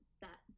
set